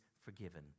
forgiven